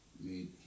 made